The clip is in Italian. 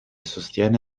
sostiene